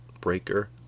Breaker